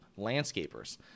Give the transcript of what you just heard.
landscapers